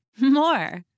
more